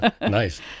Nice